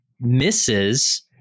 misses